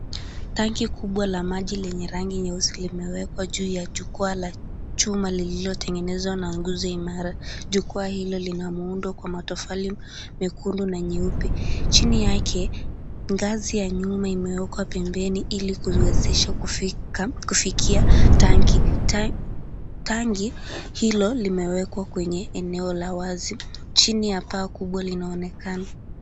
Tanki kubwa la maji lenye rangi nyeusi limewekwa juu ya jukwaa la, chuma lililo tengenezwa na nguzo imara, jukua hilo lina muundo kwa matofari, mekundu na nyeupe, chini yake, ngazi ya nyuma imewekwa pembeni ili kuhuesesha kufika, kufikia, tanki, ta, tangi, hilo, limewekwa kwenye eneo la wazi, chini ya paa kubwa linaonekana.